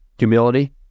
humility